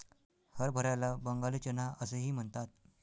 हरभऱ्याला बंगाली चना असेही म्हणतात